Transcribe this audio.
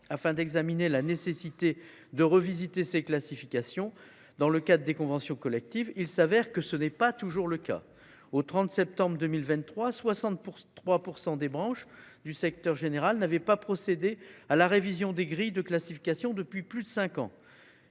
afin d’examiner la nécessité de réviser ces classifications dans le cadre des conventions collectives, ce n’est pas toujours le cas en pratique. Ainsi, au 30 septembre 2023, 63 % des branches du secteur général n’avaient pas procédé à la révision des grilles de classification depuis plus de cinq ans,